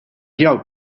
jout